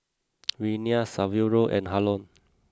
Renea Saverio and Harlon